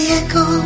echo